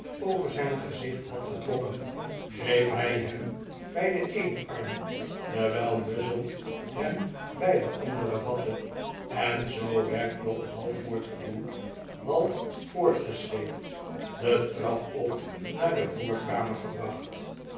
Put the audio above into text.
over zijn gezicht had getrokken greep hij hem bij den eenen arm terwijl muzzle hem bij den anderen vattej en zoo werd job half voortgeduwd half voortgesleept de trap op naar de voorkamer gebracht